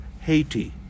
Haiti